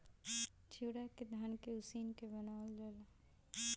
चिवड़ा के धान के उसिन के बनावल जाला